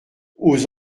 aux